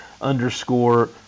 underscore